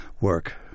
work